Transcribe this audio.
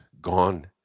gone